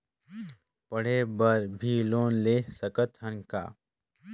पढ़े बर भी लोन ले सकत हन का?